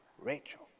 Rachel